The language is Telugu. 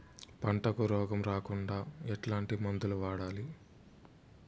పంటకు రోగం రాకుండా ఎట్లాంటి మందులు వాడాలి?